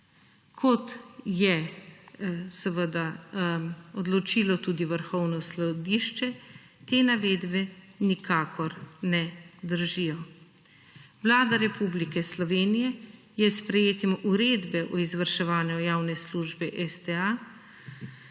Kot je seveda odločilo tudi Vrhovno sodišče, te navedbe nikakor ne držijo. Vlada Republike Slovenije je s sprejetjem uredbe o izvrševanju javne službe STA